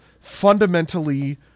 fundamentally